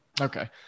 Okay